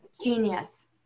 genius